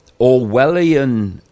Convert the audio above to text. Orwellian